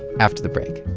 after the break